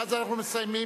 ואז אנחנו מסיימים,